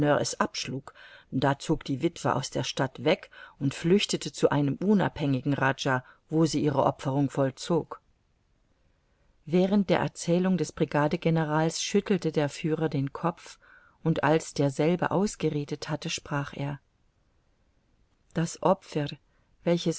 abschlug da zog die witwe aus der stadt weg und flüchtete zu einem unabhängigen rajah wo sie ihre opferung vollzog während der erzählung des brigadegenerals schüttelte der führer den kopf und als derselbe ausgeredet hatte sprach er das opfer welches